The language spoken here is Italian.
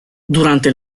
durante